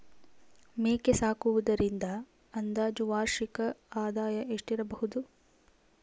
ಮೇಕೆ ಸಾಕುವುದರಿಂದ ಅಂದಾಜು ವಾರ್ಷಿಕ ಆದಾಯ ಎಷ್ಟಿರಬಹುದು?